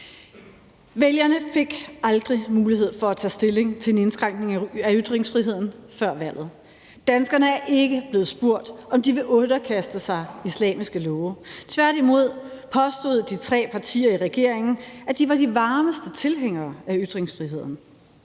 Vælgerne fik aldrig mulighed til at tage stilling til en indskrænkning af ytringsfriheden før valget. Danskerne er ikke blevet spurgt, om de vil underkaste sig islamiske love. Tværtimod påstod de tre partier i regeringen, at de var de varmeste tilhængere af ytringsfriheden.